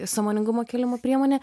sąmoningumo kėlimo priemonė